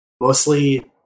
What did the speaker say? mostly